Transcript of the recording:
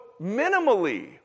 minimally